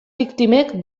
biktimek